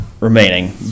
remaining